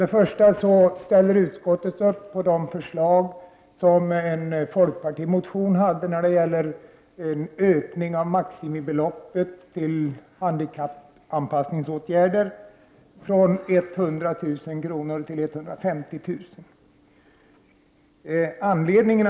Utskottet ställer sig bakom förslag i en folkpartimotion om en ökning av maximibeloppet till handikappanpassningsåtgärder från 100 000 kr. till 150 000 kr.